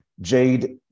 Jade